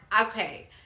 okay